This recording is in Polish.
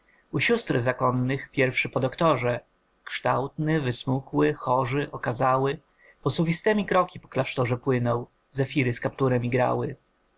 siostr zakonnych pierwszy po doktorze kształtny wysmukły hoży okazały posuwistemi kroki po klasztorze płynął zefiry z kapturem